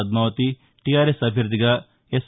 Padmavati TRS అభ్యర్థిగా yes